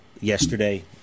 yesterday